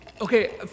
Okay